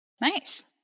Nice